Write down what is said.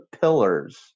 pillars